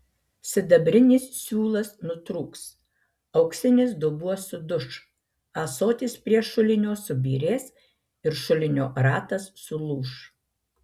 sidabrinis siūlas nutrūks auksinis dubuo suduš ąsotis prie šulinio subyrės ir šulinio ratas sulūš